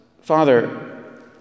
Father